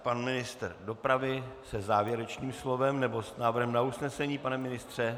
Pan ministr dopravy se závěrečným slovem, nebo s návrhem na usnesení, pane ministře?